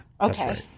Okay